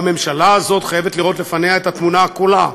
והממשלה הזאת חייבת לראות לפניה את התמונה כולה.